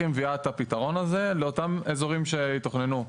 היא מביאה את הפתרון הזה לאותם אזורים שיתוכננו.